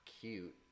cute